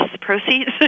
proceeds